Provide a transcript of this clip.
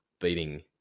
beating